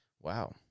Wow